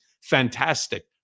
fantastic